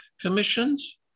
commissions